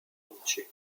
entier